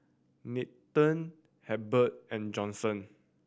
Norton Hebert and Johnson